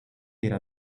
era